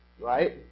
right